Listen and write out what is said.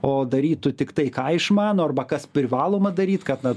o darytų tik tai ką išmano arba kas privaloma daryt kad na